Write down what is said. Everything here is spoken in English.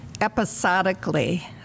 episodically